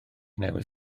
newydd